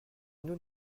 nous